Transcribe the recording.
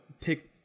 pick